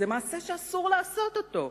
זה מעשה שאסור לעשות אותו,